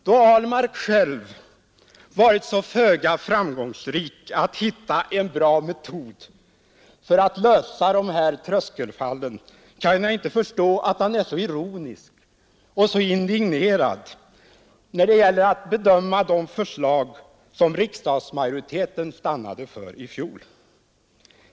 Då Ahlmark själv varit så föga framgångsrik när det gällt att hitta en bra metod för att lösa problemet med tröskelfallen kan jag inte förstå att han är så ironisk mot och indignerad över de förslag som riksdagsmajoriteten stannade för i fjol.